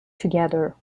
together